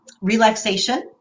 relaxation